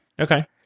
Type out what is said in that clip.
okay